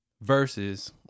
verses